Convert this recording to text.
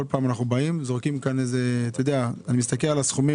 כל פעם אנו באים, זורקים - מסתכל על הסכומים.